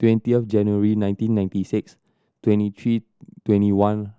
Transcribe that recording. twenty of January nineteen ninety six twenty three twenty one